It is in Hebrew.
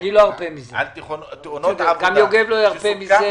אני לא ארפה מזה, גם יוגב לא ירפה מזה.